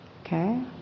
Okay